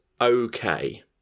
okay